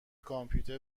کامپیوتر